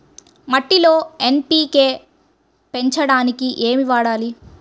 మట్టిలో ఎన్.పీ.కే పెంచడానికి ఏమి వాడాలి?